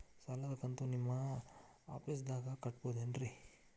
ಸಾಲದ ಕಂತು ನಿಮ್ಮ ಆಫೇಸ್ದಾಗ ಕಟ್ಟಬಹುದೇನ್ರಿ?